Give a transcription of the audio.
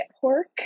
pork